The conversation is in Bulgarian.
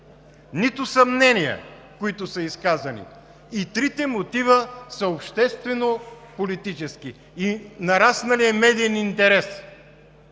нито съмнения, които са изказани. И трите мотива са обществено-политически. Нарасналият медиен интерес